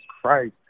Christ